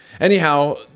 Anyhow